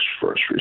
first